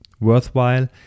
worthwhile